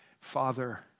Father